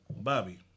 Bobby